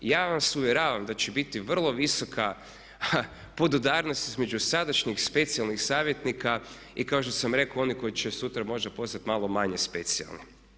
Ja vas uvjeravam da će biti vrlo visoka podudarnost između sadašnjeg specijalnih savjetnika i kao što sam rekao onih koji će sutra možda postati malo manje specijalni.